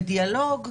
בדיאלוג,